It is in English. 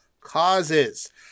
causes